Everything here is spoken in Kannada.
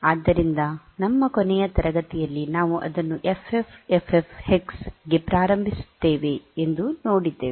ಆದ್ದರಿಂದ ನಮ್ಮ ಕೊನೆಯ ತರಗತಿಯಲ್ಲಿ ನಾವು ಅದನ್ನು ಎಫ್ಎಫ್ಎಫ್ಎಫ್ ಹೆಕ್ಸ್ ಗೆ ಪ್ರಾರಂಭಿಸುತ್ತೇವೆ ಎಂದು ನೋಡಿದ್ದೇವೆ